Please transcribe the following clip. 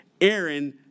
Aaron